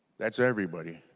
that's everybody.